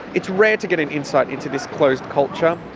it's rare to get an insight into this closed culture,